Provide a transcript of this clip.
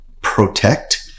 protect